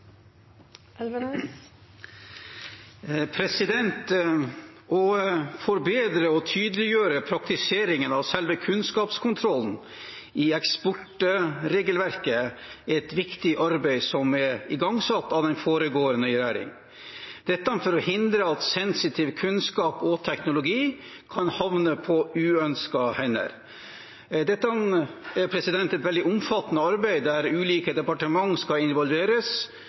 et viktig arbeid som ble igangsatt av den foregående regjeringen. Dette blir gjort for å hindre at sensitiv kunnskap og teknologi kan havne i uønskede hender. Dette er et veldig omfattende arbeid der ulike departementer, private bedrifter og ikke minst utdannings- og forskningsinstitusjoner skal involveres.